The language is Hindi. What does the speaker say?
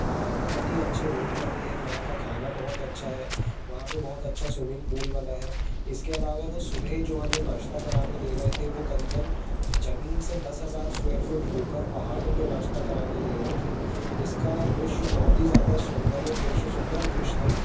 बहुत ही अच्छे रूम बने हैं वहाँ का खाना बहुत अच्छा है वहाँ पे बहुत अच्छा स्विमिंग पूल बना है इसके अलावा वो सुबह जो हमें नाश्ता कराने ले गए थे वो करीबन ज़मीन से दस हज़ार स्क्वेयर फ़ीट ऊपर पहाड़ों पर नाश्ता कराने ले गए थे जिसका दृश्य बहुत ही ज़्यादा सौंदर्य दृश्य सुन्दर दृश्य था